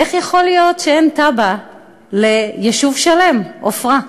איך יכול להיות שאין תב"ע ליישוב שלם, עפרה?